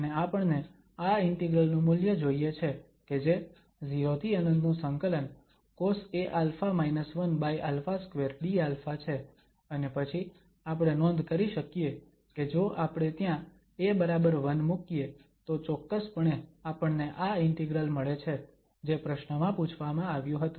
અને આપણને આ ઇન્ટિગ્રલ નુ મૂલ્ય જોઈએ છે કે જે 0∫∞ cosaα 1α2 dα છે અને પછી આપણે નોંધ કરી શકીએ કે જો આપણે ત્યાં a1 મુકીએ તો ચોક્કસપણે આપણને આ ઇન્ટિગ્રલ મળે છે જે પ્રશ્નમાં પૂછવામાં આવ્યું હતું